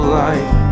life